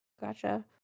gotcha